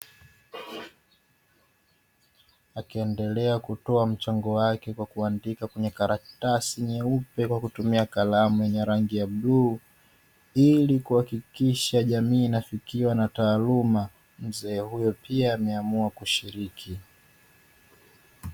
Akiendelea kutoa mchango wake kwa kuandika kwenye karatasi nyeupe kwa kutumia kalamu yenye rangi ya bluu; ili kuhakikisha jamii inafikiwa na taaluma, mzee huyo pia ameauma kushiriki.